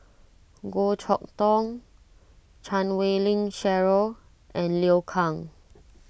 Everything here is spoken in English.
Goh Chok Tong Chan Wei Ling Cheryl and Liu Kang